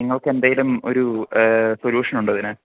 നിങ്ങൾക്ക് എന്തെങ്കിലും ഒരു സൊല്യൂഷനുണ്ടോ ഇതിന്